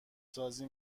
سازی